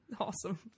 Awesome